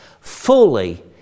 fully